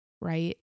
right